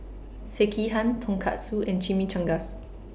Sekihan Tonkatsu and Chimichangas